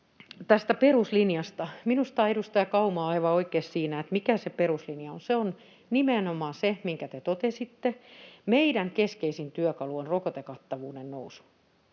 tästä peruslinjasta. Minusta edustaja Kauma on aivan oikeassa siinä, mikä se peruslinja on. Se on nimenomaan se, minkä te totesitte — meidän keskeisin työkalu on rokotekattavuuden nousu